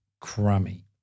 crummy